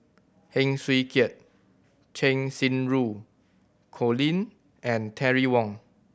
Heng Swee Keat Cheng Xinru Colin and Terry Wong